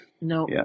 No